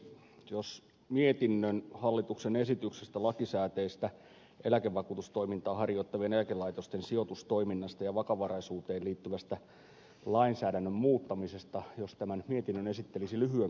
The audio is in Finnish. jos esittelisi lyhyen kaavan mukaan mietinnön joka koskee hallituksen esitystä lakisääteistä eläkevakuutustoimintaa harjoittavien eläkelaitosten sijoitustoimintaan ja vakavaraisuuteen liittyvän lainsäädännön muuttamisesta jos tämän ytimeen esittelisi lyhyen